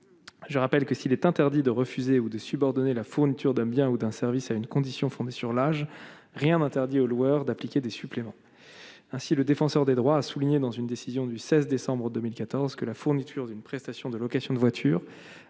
je rappelle que s'il est interdit de refuser ou de subordonner la fourniture d'un bien ou d'un service à une condition, fondée sur l'âge, rien n'interdit aux loueurs d'appliquer des suppléments ainsi le défenseur des droits, a souligné dans une décision du 16 décembre 2014 que la fourniture d'une prestation de location de voitures